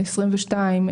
שנת 2022,